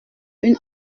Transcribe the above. une